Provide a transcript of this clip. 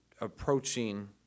approaching